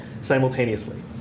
simultaneously